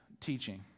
teaching